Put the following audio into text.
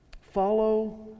Follow